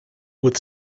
with